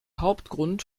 hauptgrund